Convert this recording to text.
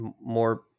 more